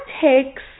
takes